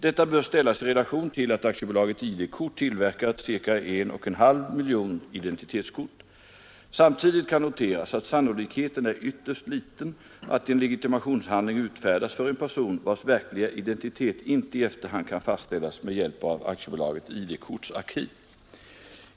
Detta bör ställas i relation till att AB ID-kort tillverkat ca 1,5 miljoner identitetskort. Samtidigt kan noteras att sannolikheten är ytterst liten, att en legitimationshandling utfärdas för en person, vars verkliga identitet inte i efterhand kan fastställas med hjälp av AB ID-korts arkiv.